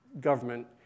government